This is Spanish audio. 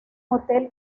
hotel